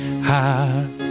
high